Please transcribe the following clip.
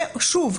שוב,